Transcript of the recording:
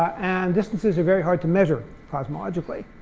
and distances are very hard to measure cosmologically.